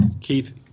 Keith